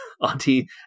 Auntie